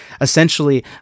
essentially